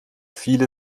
viele